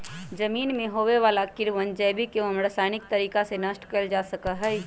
जमीन में होवे वाला कीड़वन जैविक एवं रसायनिक तरीका से नष्ट कइल जा सका हई